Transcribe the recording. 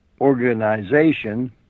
organization